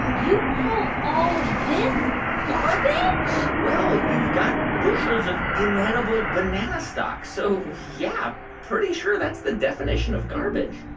you call all this garbage? well, you've got bushels of inedible banana stalks. so yeah, pretty sure that's the definition of garbage